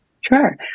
Sure